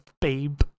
babe